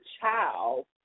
child